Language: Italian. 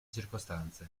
circostanze